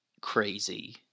crazy